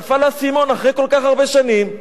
נפל האסימון אחרי כל כך הרבה שנים,